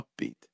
upbeat